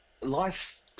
Life